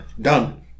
Done